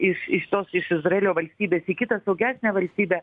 iš iš tos iš izraelio valstybės į kitą saugesnę valstybę